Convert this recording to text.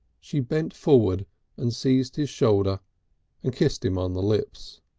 she bent forward and seized his shoulder and kissed him on the lips.